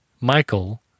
Michael